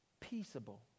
Peaceable